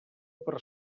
per